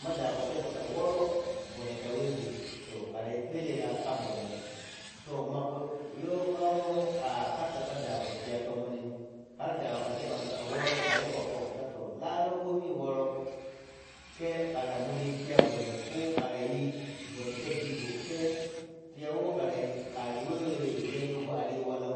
Mo dagho teppow ta woro bonneh ta wehgho to khara yi belellah kha bonneh to ma kha yow kha romo kha khaps kha dagho tiya tomonim har dagho kha lebani khayi gho pok ta to lana boni woro khen khara muuri tiya bonneh ko khara yi bonneh ko khara yi bonneh ta bigho khe tiya weh wo kharayi khari weh yad ogo ari yi walam